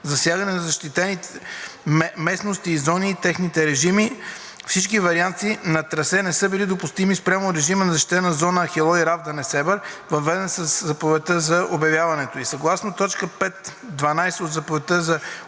Засягане на защитени местности и зони и техните режими: – Всички варианти на трасе не са били допустими спрямо режима на защитена зона „Ахелой – Равда – Несебър“, въведен със заповедта за обявяването ѝ. Съгласно т. 5.12. от Заповедта за обявяване